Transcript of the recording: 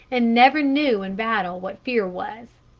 and never knew in battle what fear was.